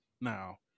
now